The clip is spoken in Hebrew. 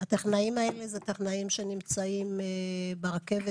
הטכנאים האלה הם טכנאים שנמצאים ברכבת